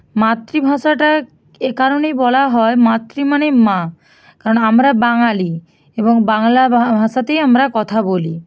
মাতৃভাষাটা এ কারণেই বলা হয় মাতৃ মানেই মা কারণ আমরা বাঙালি এবং বাংলা ভাষাতেই আমরা কথা বলি